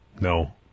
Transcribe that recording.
No